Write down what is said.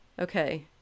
okay